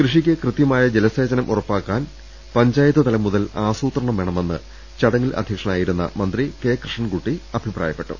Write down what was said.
കൃഷിക്ക് കൃത്യമായ ജലസേചനം ഉറപ്പാക്കാൻ പഞ്ചാ യത്തുതലം മുതൽ ആസൂത്രണം വേണമെന്ന് ചടങ്ങിൽ അധ്യക്ഷനായിരുന്ന മന്ത്രി കെ കൃഷ്ണൻകുട്ടി അഭിപ്രായ പ്പെട്ടു